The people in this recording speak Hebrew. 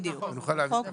ונוכל להעביר את הרשימות.